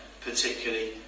particularly